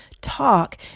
talk